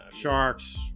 Sharks